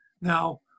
Now